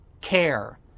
care